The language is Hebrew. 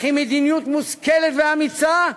אך עם מדיניות מושכלת ואמיצה,